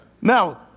Now